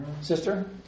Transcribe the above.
Sister